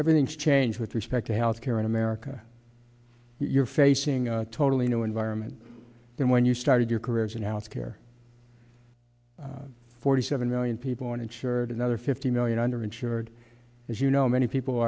everything changed with respect to health care in america you're facing a totally new environment than when you started your careers in health care forty seven million people uninsured another fifty million under insured as you know many people